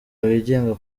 wigenga